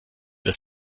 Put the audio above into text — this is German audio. des